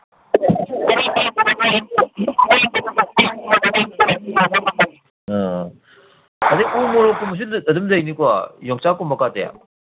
ꯑ ꯑꯗꯩ ꯎ ꯃꯣꯔꯣꯛꯀꯨꯝꯕꯁꯨ ꯑꯗꯨꯝ ꯂꯩꯅꯤꯀꯣ ꯌꯣꯡꯆꯥꯛꯀꯨꯝꯕꯀꯥꯗꯤ